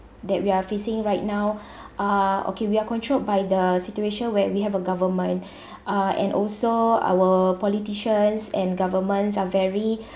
that we are facing right now uh okay we are controlled by the situation where we have a government uh and also our politicians and government are very